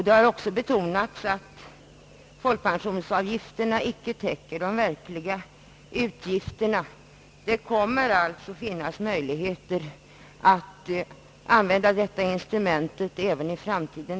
Det har också betonats att folkpensionsavgifterna icke täcker de verkliga utgifterna. Det kommer alltså att finnas möjligheter att använda detta instrument med föreslagen ökning till 1750 kr. även i framtiden.